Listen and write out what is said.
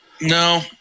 No